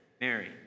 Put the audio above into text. Mary